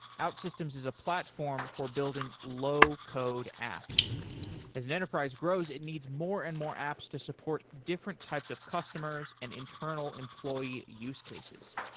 outsystems is a platform for building low-code apps as an enterprise grows, it needs more and more apps to support different types of customers and internal employee use cases.